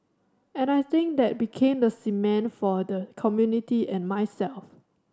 and I think that became the cement for the community and myself